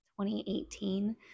2018